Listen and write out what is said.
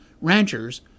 ranchers